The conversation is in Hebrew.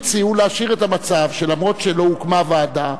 פשוט הציעו להשאיר את המצב, ואף שלא הוקמה ועדה,